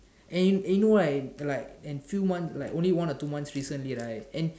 and and you know right like and few month only one or two month recently right